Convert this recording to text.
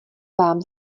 vám